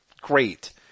great